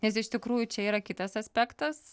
nes iš tikrųjų čia yra kitas aspektas